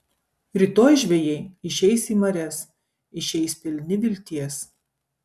rytoj žvejai išeis į marias išeis pilni vilties